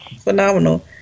Phenomenal